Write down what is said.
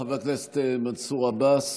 חבר הכנסת מנסור עבאס,